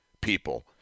people